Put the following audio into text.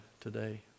today